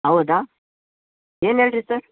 ಹೌದ ಏನು ಹೇಳ್ರಿ ಸರ್